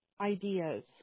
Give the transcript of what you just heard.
ideas